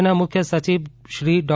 રાજ્યના મુખ્ય સચિવ શ્રી ડૉ